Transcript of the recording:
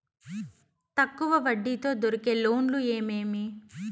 తక్కువ వడ్డీ తో దొరికే లోన్లు ఏమేమీ?